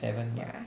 ya